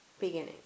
beginning